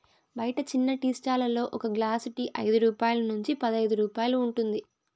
బయట చిన్న tea stall లలో ఒక గ్లాస్ టీ ఐదు రూపాయల నుంచి పదైదు రూపాయలు ఉంటుంది